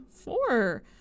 Four